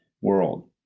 world